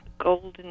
golden